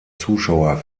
zuschauer